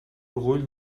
orgull